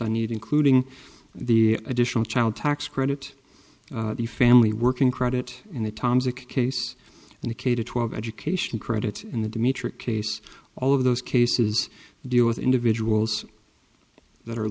on need including the additional child tax credit the family working credit and the tomsic case and the k to twelve education credit in the demitra case all of those cases deal with individuals that are